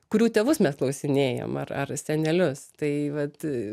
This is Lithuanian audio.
kurių tėvus mes klausinėjam ar ar senelius tai vat